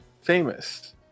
famous